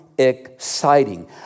exciting